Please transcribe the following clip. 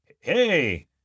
hey